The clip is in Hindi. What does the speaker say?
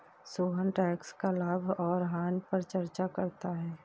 सोहन टैक्स का लाभ और हानि पर चर्चा करता है